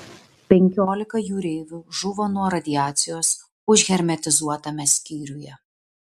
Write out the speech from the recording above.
penkiolika jūreivių žuvo nuo radiacijos užhermetizuotame skyriuje